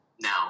Now